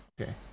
Okay